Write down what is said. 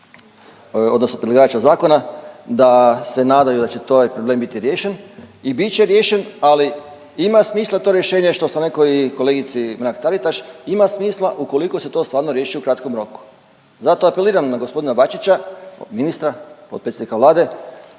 odnosno predlagača zakona da se nadaju da će ovaj problem biti riješen i bit će riješen, ali smisla to rješenje što sam reko i kolegici Mrak-Taritaš, ima smisla ukoliko se to stvarno riješi u kratkom roku. Zato apeliram na g. Bačića, ministra, potpredsjednika Vlade